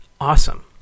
awesome